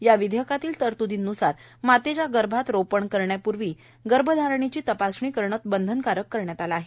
या विधेयकातील तरत्दींन्सार मातेच्या गर्भात रोपण करण्यापूर्वी गर्भधारणेची तपासणी करणे बंधनकारक करण्यात आले आहे